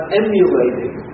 emulating